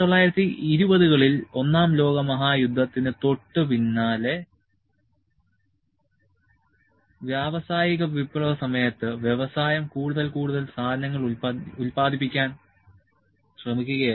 1920 കളിൽ ഒന്നാം ലോക മഹായുദ്ധത്തിനു തൊട്ടുപിന്നാലെ വ്യാവസായിക വിപ്ലവ സമയത്ത് വ്യവസായം കൂടുതൽ കൂടുതൽ സാധനങ്ങൾ ഉത്പാദിപ്പിക്കാൻ ശ്രമിക്കുകയായിരുന്നു